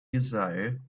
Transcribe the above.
desire